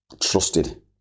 trusted